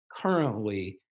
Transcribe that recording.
currently